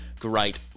great